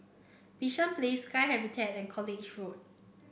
Bishan Place Sky Habitat and College Road